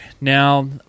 Now